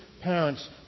parents